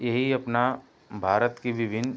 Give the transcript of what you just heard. यही अपना भारत की विभिन्न